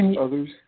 Others